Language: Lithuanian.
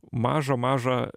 mažą mažą